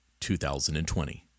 2020